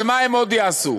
אבל מה הן עוד יעשו?